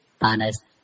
honest